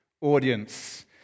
audience